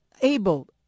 able